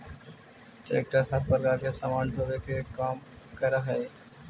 tractor हर प्रकार के सामान ढोवे के काम करऽ हई